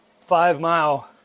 five-mile